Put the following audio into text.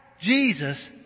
Jesus